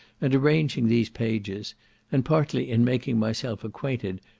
and arranging these pages and partly in making myself acquainted,